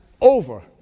over